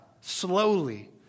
slowly